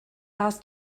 hast